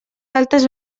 galtes